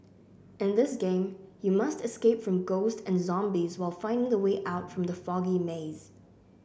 in this game you must escape from ghosts and zombies while finding the way out from the foggy maze